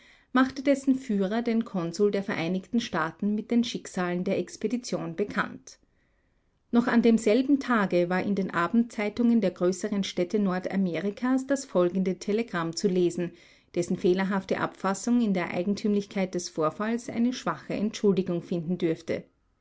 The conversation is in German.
machte dessen führer den konsul der vereinigten staaten mit den schicksalen der expedition bekannt noch an demselben tage war in den abendzeitungen der größeren städte nordamerikas das folgende telegramm zu lesen dessen fehlerhafte abfassung in der eigentümlichkeit des vorfalls eine schwache entschuldigung finden dürfte